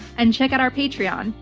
and check out our patreon,